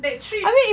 that trip